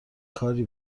کاری